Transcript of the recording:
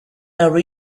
our